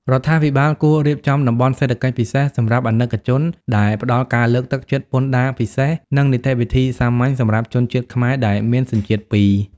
រដ្ឋាភិបាលគួររៀបចំ "តំបន់សេដ្ឋកិច្ចពិសេសសម្រាប់អាណិកជន" ដែលផ្ដល់ការលើកទឹកចិត្តពន្ធដារពិសេស និងនីតិវិធីសាមញ្ញសម្រាប់ជនជាតិខ្មែរដែលមានសញ្ជាតិពីរ។